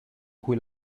cui